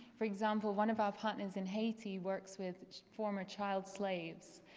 for example, one of our partners in haiti works with former child slaves.